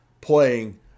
playing